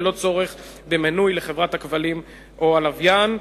ללא צורך במינוי לחברת הכבלים או הלוויין.